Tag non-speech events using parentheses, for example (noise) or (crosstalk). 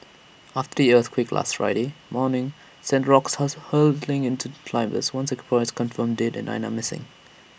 after the earthquake last Friday morning sent rocks (unintelligible) hurtling into climbers one Singaporean is confirmed dead and nine are missing